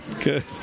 Good